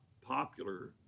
popular